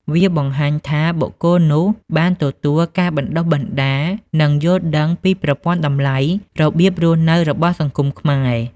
វាបង្ហាញថាបុគ្គលនោះបានទទួលការបណ្តុះបណ្តាល និងយល់ដឹងពីប្រព័ន្ធតម្លៃ របៀបរស់នៅរបស់សង្គមខ្មែរ។